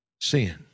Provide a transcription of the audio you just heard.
sin